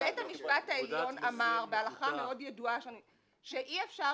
בית המשפט העליון אמר בהלכה מאוד ידועה שאי אפשר